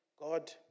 God